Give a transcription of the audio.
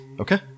Okay